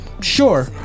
Sure